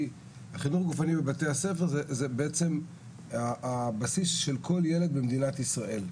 כי חינוך גופני בבתי הספר זה בעצם הבסיס של כל ילד במדינת ישראל.